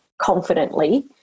confidently